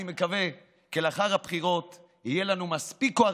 אני מקווה שלאחר הבחירות יהיה לנו מספיק כוח,